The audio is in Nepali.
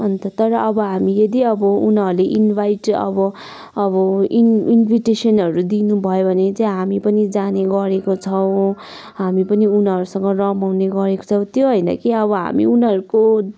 अन्त तर अब हामी यदि अब उनीहरूले इन्भाइट अब अब इन्भिटेसनहरू दिनुभयो भने चाहिँ हामी पनि जाने गरेको छौँ हामी पनि उनीहरूसँग रमाउने गरेको छौँ त्यो होइन कि अब हामी उनीहरूको